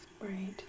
Right